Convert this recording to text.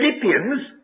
Philippians